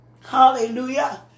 hallelujah